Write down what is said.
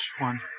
one